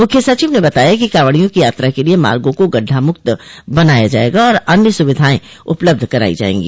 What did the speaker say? मुख्य सचिव ने बताया कि कॉवड़ियों की यात्रा के लिए मार्गो को गड़ढ़ामुक्त बनाया जार्येगा और अन्य सुविधायें उपलब्ध करायी जायेंगी